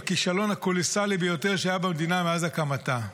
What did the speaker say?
בכישלון הקולוסאלי ביותר שהיה במדינה מאז הקמתה.